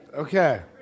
Okay